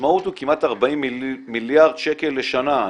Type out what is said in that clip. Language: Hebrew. שהמשמעות היא כמעט 40 מיליארד שקל לשנה.